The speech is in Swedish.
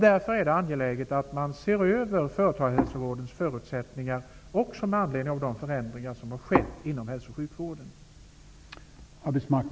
Därför är det angeläget att man ser över företagshälsovårdens förutsättningar också med anledning av de förändringar som har skett inom hälso och sjukvården.